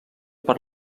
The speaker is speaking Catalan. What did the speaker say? per